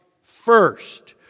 first